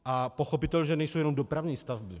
A pochopitelně nejsou jenom dopravní stavby.